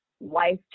life